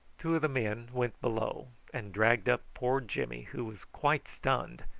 two of the men went below and dragged up poor jimmy, who was quite stunned,